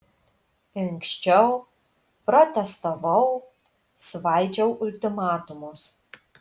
inkščiau protestavau svaidžiau ultimatumus